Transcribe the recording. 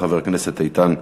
חבר הכנסת איתן כבל,